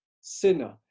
sinner